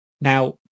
Now